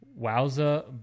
wowza